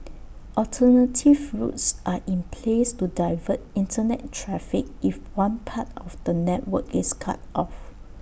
alternative routes are in place to divert Internet traffic if one part of the network is cut off